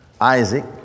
Isaac